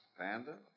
panda